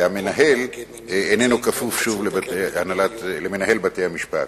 והמנהל איננו כפוף שוב למנהל בתי-המשפט.